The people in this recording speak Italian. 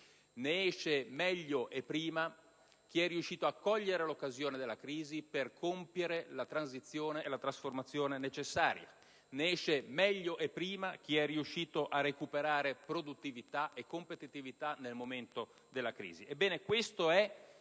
Ne esce meglio e prima chi è riuscito a cogliere l'occasione della crisi per compiere la transizione e la trasformazione necessaria. Ne esce meglio e prima chi è riuscito a recuperare produttività e competitività nel momento della crisi.